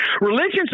Religion's